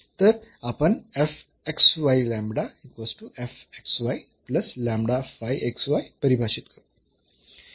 तर आपण परिभाषित करू